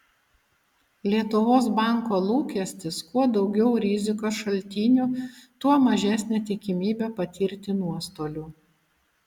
lietuvos banko lūkestis kuo daugiau rizikos šaltinių tuo mažesnė tikimybė patirti nuostolių